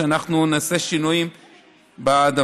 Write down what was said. שאנחנו נעשה שינויים בדבר.